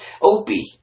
Opie